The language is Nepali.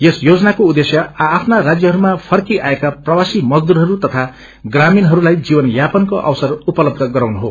यस योजनको उद्देश्य आ आपना राज्यहरूमाफर्किअएका प्रवासी मजदूरहरू तथा ग्रामीणहरूलाई जीवन यापनको अवसर उपलबध गराउनु हो